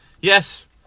Yes